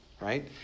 right